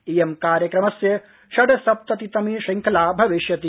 इयं कार्यक्रमस्य षड्सप्ततितमा श्रृंखला भविष्यति